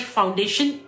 Foundation